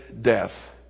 death